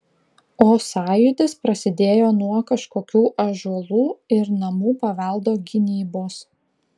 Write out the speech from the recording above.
o sąjūdis prasidėjo nuo kažkokių ąžuolų ir namų paveldo gynybos